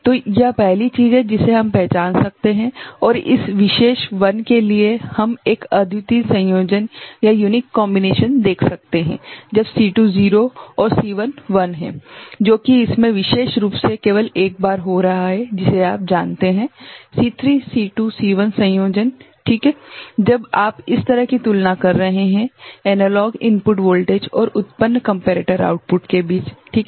तो यह पहली चीज है जिसे हम पहचान सकते हैं और इस विशेष 1 के लिए हम एक अद्वितीय संयोजन देख सकते हैं जब C2 0 और C1 1 है जो कि इसमे विशेष रूप से केवल एक बार हो रहा है जिसे आप जानते हैं C3 C2 C1 संयोजन ठीक है जब आप इस तरह की तुलना कर रहे हैं एनालॉग इनपुट वोल्टेज और उत्पन्न कम्पेरेटर आउटपुट के बीच ठीक है